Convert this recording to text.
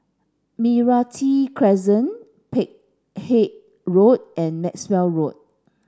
Meranti Crescent Peck Hay Road and Maxwell Road